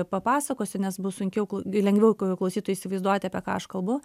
papasakosiu nes bus sunkiau lengviau klausytojui įsivaizduoti apie ką aš kalbu